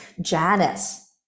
Janice